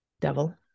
devil